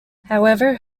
however